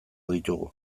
ditugu